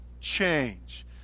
change